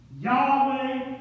Yahweh